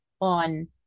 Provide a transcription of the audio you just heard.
on